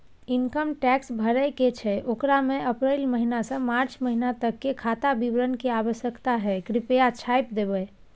Income tax भरय के छै ओकरा में अप्रैल महिना से मार्च महिना तक के खाता विवरण के आवश्यकता हय कृप्या छाय्प देबै?